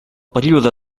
període